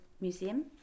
Museum